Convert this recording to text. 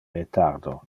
retardo